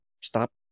stop